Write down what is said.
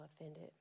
offended